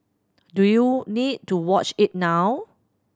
do you need to watch it now